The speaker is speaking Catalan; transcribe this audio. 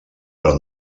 però